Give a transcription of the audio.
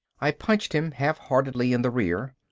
i punched him half-heartedly in the rear.